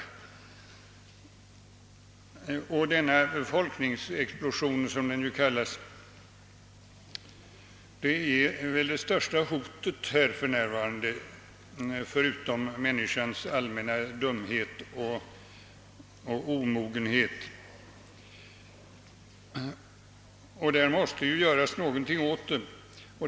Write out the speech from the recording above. Denna befolkningsexplosion, som den ju kallas, är väl för närvarande förutom människans allmänna dumhet och omogenhet det största hotet, och det måste ju göras någonting åt det.